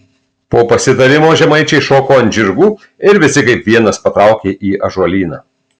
po pasitarimo žemaičiai šoko ant žirgų ir visi kaip vienas patraukė į ąžuolyną